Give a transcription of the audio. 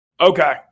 okay